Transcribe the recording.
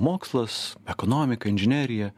mokslas ekonomika inžinerija